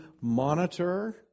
monitor